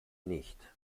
nicht